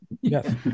Yes